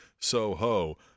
Soho